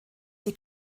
die